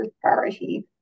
priority